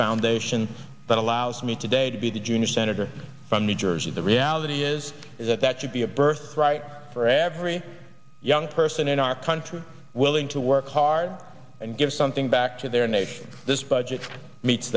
foundations that allows me today to be the junior senator from new jersey the reality is is that that should be a birthright for every young person in our country willing to work hard and give something back to their nation this budget meets